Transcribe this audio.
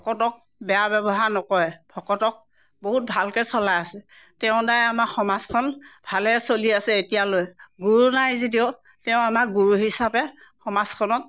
ভকতক বেয়া ব্যৱহাৰ নকৰে ভকতক বহুত ভালকৈ চলাই আছে তেওঁৰ দ্বাৰাই আমাৰ সমাজখন ভালেৰে চলি আছে এতিয়ালৈ গুৰু নাই যদিও তেওঁ আমাৰ গুৰু হিচাপে সমাজখনক